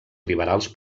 liberals